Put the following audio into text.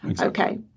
Okay